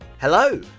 Hello